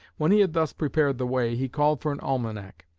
when he had thus prepared the way, he called for an almanac,